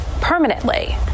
permanently